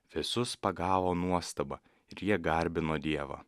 visus pagavo nuostaba ir jie garbino dievą